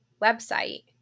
website